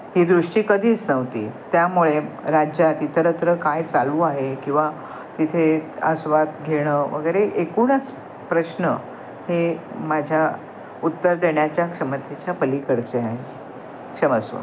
ही दृष्टी कधीच नव्हती त्यामुळे राज्यात इतरत्र काय चालू आहे किंवा तिथे आस्वाद घेणं वगैरे एकूणच प्रश्न हे माझ्या उत्तर देण्याच्या क्षमतेच्या पलीकडचे आहे क्षमस्व